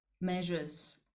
measures